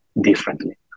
differently